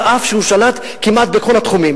אף שהוא שלט כמעט בכל התחומים,